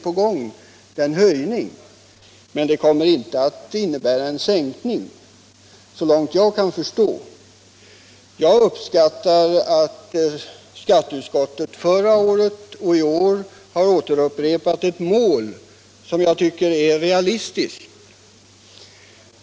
Däremot tror jag knappast att de leder till en sänkning av konsumtionen. Jag uppskattar att skatteutskottet förra året och i år har satt upp ett som jag tycker realistiskt mål.